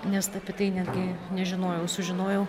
nes apie tai netgi nežinojau sužinojau